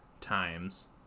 Times